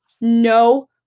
no